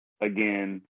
again